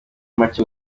macye